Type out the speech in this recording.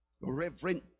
Reverend